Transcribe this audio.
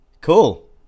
Cool